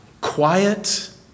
quiet